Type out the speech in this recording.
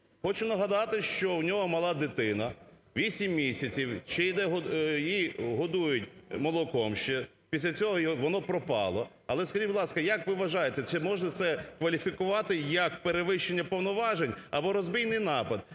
Хочу нагадати, що у нього мала дитина, 8 місяців, її годують молоком ще, після цього воно пропало. Але скажіть, будь ласка, як ви вважаєте, чи можна це кваліфікувати як перевищення повноважень або розбійний напад,